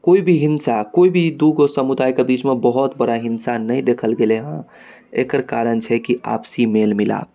कोई भी हिंसा कोई भी दू गो समुदाय कऽ बीच मऽ बहुत बड़ा हिंसा नै देखल गेल हँ एकर कारण छै कि आपसी मेल मिलाप